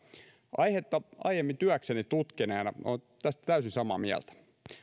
aihetta aiemmin työkseni tutkineena olen tästä täysin samaa mieltä